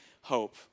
hope